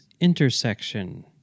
Intersection